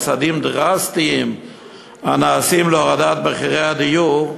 צעדים דרסטיים הנעשים להורדת מחירי הדיור,